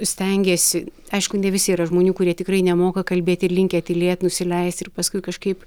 stengėsi aišku ne visi yra žmonių kurie tikrai nemoka kalbėti ir linkę tylėt nusileist ir paskui kažkaip